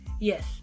Yes